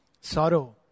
sorrow